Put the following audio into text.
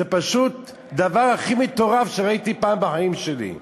זה פשוט הדבר הכי מטורף שראיתי בחיים שלי.